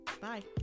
bye